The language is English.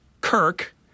Kirk